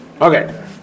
Okay